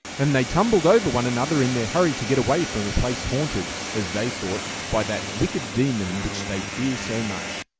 and they tumbled over one another in their hurry to get away from a place haunted, as they thought, by that wicked demon which they fear so much.